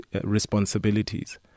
responsibilities